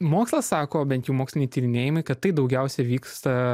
mokslas sako bent jau moksliniai tyrinėjimai kad tai daugiausia vyksta